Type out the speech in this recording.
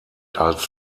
als